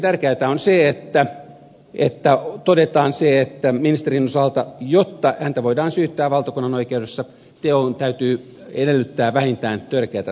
tärkeätä on myöskin että todetaan se että ministerin osalta jotta häntä voidaan syyttää valtakunnanoikeudessa teon täytyy edellyttää vähintään törkeätä tuottamusta